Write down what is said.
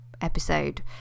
episode